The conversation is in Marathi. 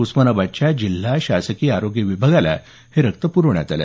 उस्मानाबादच्या जिल्हा शासकीय आरोग्य विभागाला हे रक्त पुरवण्यात आलं